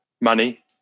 money